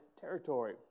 territory